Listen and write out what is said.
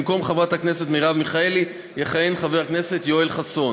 במקום חברת הכנסת מרב מיכאלי יכהן חבר הכנסת יואל חסון.